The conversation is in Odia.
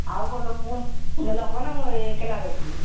ଆଉ କୋଉ ଲୋକକୁ ନେଲେ ହବନା ମୁଁ ଏକେଲା ଏକା ଯିବି